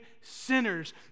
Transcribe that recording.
sinners